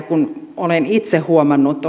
kun olen itse huomannut